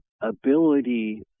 ability